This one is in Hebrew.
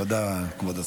תודה, כבוד השר.